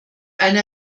eine